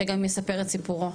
שגם יספר את סיפורו,